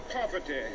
poverty